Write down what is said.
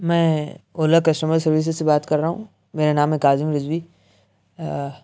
میں Ola customer services سے بات کر رہا ہوں میرا نام ہے کاظم رضوی